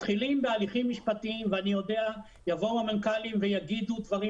מתחילים בהליכים משפטיים ואני יודע שיבואו המנכ"לים ויאמרו דברים